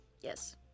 Yes